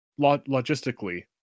logistically